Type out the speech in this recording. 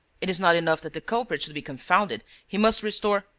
it is not enough that the culprit should be confounded. he must restore.